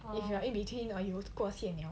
if you are in between or you 过线